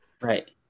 right